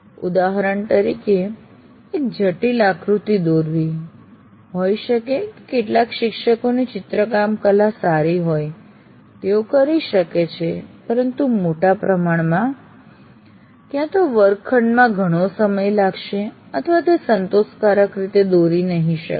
ઉદાહરણ તરીકે એક જટિલ આકૃતિ દોરવી હોય શકે કે કેટલાક શિક્ષકોની ચિત્રકામ કલા સારી હોય છે તેઓ કરી શકે છે પરંતુ મોટા પ્રમાણમાં ક્યાં તો વર્ગખંડમાં ઘણો સમય લાગશે અથવા તે સંતોષકારક રીતે દોરી નહીં શકાય